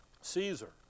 Caesar